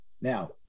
Now